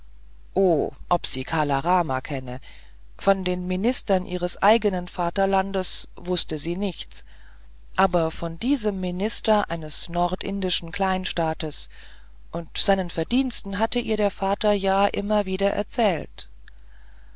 ob sie kala rama kenne von den ministern ihres eigenen vaterlandes wußte sie nichts aber von diesem minister eines nordindischen kleinstaates und seinen verdiensten hatte ihr der vater ja immer wieder erzählt